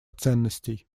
ценностей